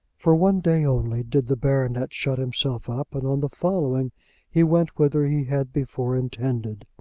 for one day only did the baronet shut himself up, and on the following he went whither he had before intended.